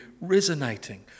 resonating